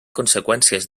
conseqüències